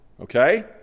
okay